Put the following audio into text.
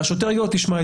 והשוטר יגיד לו: תשמע,